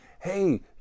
hey